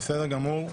בסדר גמור.